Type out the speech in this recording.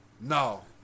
No